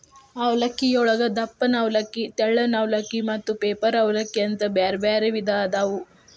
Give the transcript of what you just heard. ಅವಲಕ್ಕಿಯೊಳಗ ದಪ್ಪನ ಅವಲಕ್ಕಿ, ತೆಳ್ಳನ ಅವಲಕ್ಕಿ, ಮತ್ತ ಪೇಪರ್ ಅವಲಲಕ್ಕಿ ಅಂತ ಬ್ಯಾರ್ಬ್ಯಾರೇ ವಿಧ ಅದಾವು